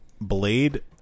Blade